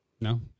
No